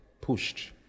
pushed